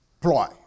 ploy